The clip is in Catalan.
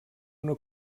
una